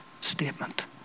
statement